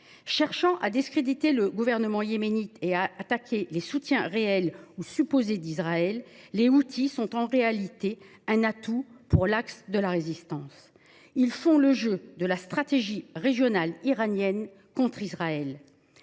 Cherchant à discréditer le gouvernement yéménite et à s’en prendre aux soutiens réels ou supposés d’Israël, les Houthis sont en réalité un atout pour « l’axe de la résistance ». Ils font le jeu de la stratégie régionale iranienne contre l’État